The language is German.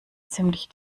ziemlich